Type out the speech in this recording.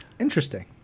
Interesting